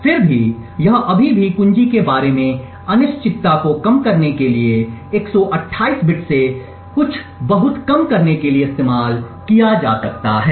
फिर भी यह अभी भी कुंजी के बारे में अनिश्चितता को कम करने के लिए 128 बिट से कुछ बहुत कम करने के लिए इस्तेमाल किया जा सकता है